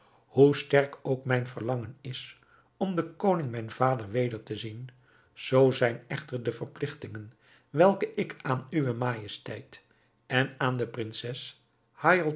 hoe sterk ook mijn verlangen is om den koning mijn vader weder te zien zoo zijn echter de verpligtingen welke ik aan uwe majesteit en aan de prinses